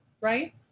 Right